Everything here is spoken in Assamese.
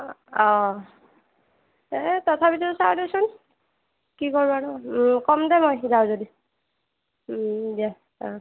অ এ তথাপিতো চাওঁ দেচোন কি কৰোঁ আৰু ক'ম দে মই যাওঁ যদি দে অ